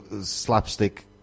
Slapstick